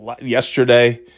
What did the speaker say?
yesterday